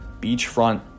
beachfront